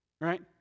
right